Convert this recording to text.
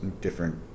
different